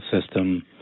system